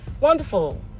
Wonderful